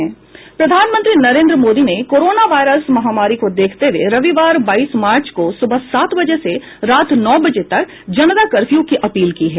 प्रधानमंत्री नरेन्द्र मोदी ने corona virus महामारी को देखते हुए रविवार बाईस मार्च को सुबह सात बजे से रात नौ बजे तक जनता कर्फ्यू की अपील की है